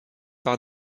par